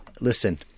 listen